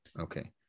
okay